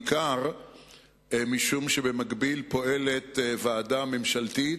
בעיקר משום שבמקביל פועלת ועדה ממשלתית,